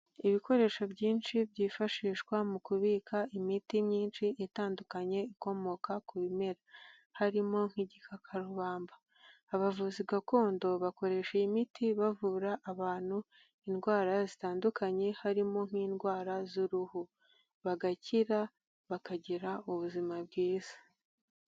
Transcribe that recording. Ibikoresho byinshi byifashishwa mu kubika imiti myinshi itandukanye ikomoka ku bimera. Harimo nk'igikakarubamba. Abavuzi gakondo bakoresha iyi miti bavura abantu indwara zitandukanye, harimo nk'indwara z'uruhu. Bagakira, bakagira ubuzima bwiza.